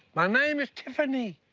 my name is tiffany.